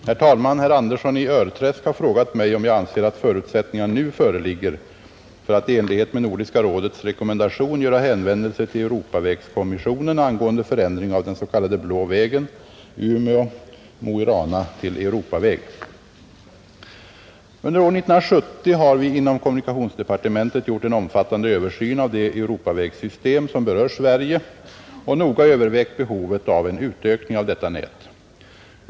Herr talman! Herr Andersson i Örträsk har frågat mig om jag anser att förutsättningar nu föreligger för att i enlighet med Nordiska rådets rekommendation göra hänvändelse till Europavägskommissionen angående förändring av den s.k. Blå vägen, Umeå—Mo i Rana, till Europaväg. Under år 1970 har vi inom kommunikationsdepartementet gjort en omfattande översyn av det Europavägssystem som berör Sverige och noga övervägt behovet av en utökning av detta nät.